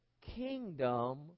kingdom